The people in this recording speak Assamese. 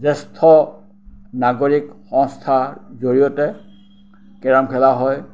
জ্যেষ্ঠ নাগৰিক সংস্থাৰ জৰিয়তে কেৰম খেলা হয়